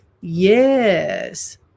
yes